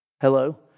Hello